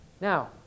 Now